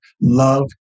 love